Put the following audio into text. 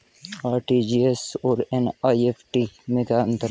RTGS और NEFT में क्या अंतर है?